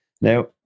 now